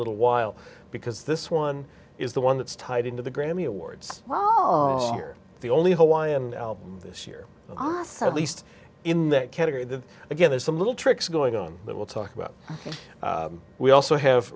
little while because this one is the one that's tied into the grammy awards oh you're the only hawaiian album this year at least in that category that again there's some little tricks going on that we'll talk about we also have